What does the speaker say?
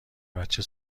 بچه